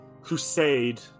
crusade